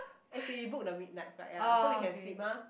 as in book the midnight fight ya so we can sleep mah